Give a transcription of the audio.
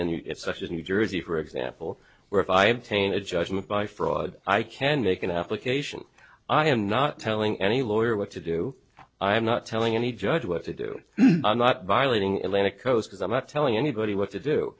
and if such in new jersey for example where if i obtain a judgement by fraud i can make an application i am not telling any lawyer what to do i'm not telling any judge what to do i'm not violating atlantic coast as i'm not telling anybody what to do